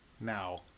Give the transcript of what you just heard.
now